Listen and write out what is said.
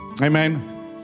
Amen